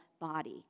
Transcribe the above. body